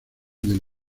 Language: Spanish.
del